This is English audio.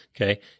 Okay